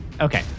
Okay